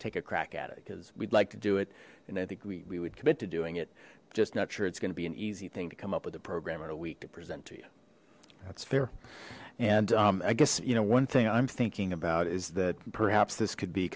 take a crack at it because we'd like to do it and i think we would commit to doing it just not sure it's going to be an easy thing to come up with a program in a week to present to you that's fair and i guess you know one thing i'm thinking about is that perhaps this could be